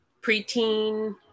preteen